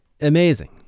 amazing